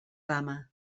dama